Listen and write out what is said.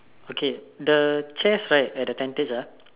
okay the chairs right at the tentage ah